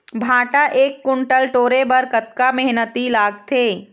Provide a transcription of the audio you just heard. भांटा एक कुन्टल टोरे बर कतका मेहनती लागथे?